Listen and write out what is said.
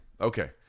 Okay